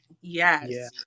yes